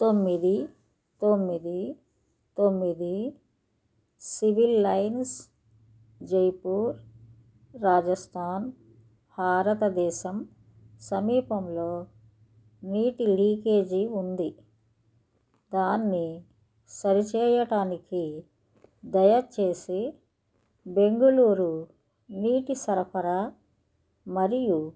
తొమ్మిది తొమ్మిది తొమ్మిది సివిల్ లైన్స్ జైపూర్ రాజస్థాన్ భారతదేశం సమీపంలో నీటి లీకేజీ ఉంది దాన్ని సరిచేయటానికి దయచేసి బెంగుళూరు నీటి సరఫరా మరియు